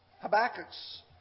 Habakkuk's